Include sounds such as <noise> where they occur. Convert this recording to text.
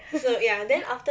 <laughs>